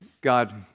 God